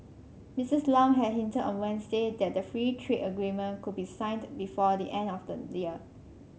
Mrs Lam had hinted on Wednesday that the free trade agreement could be signed before the end of the year